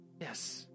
Yes